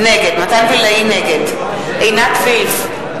נגד עינת וילף,